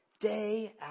day